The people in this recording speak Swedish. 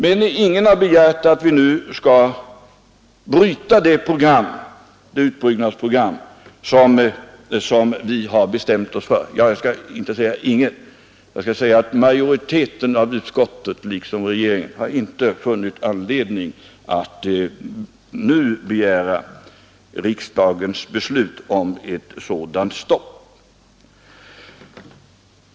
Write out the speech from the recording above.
Men ingen har begärt att vi nu skall bryta det utbyggnadsprogram som vi har bestämt oss för — jag kanske inte bör säga ”ingen”, utan jag skall säga att majoriteten i utskottet liksom regeringen inte har funnit anledning att nu begära riksdagens beslut om ett sådant stopp.